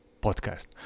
podcast